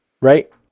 Right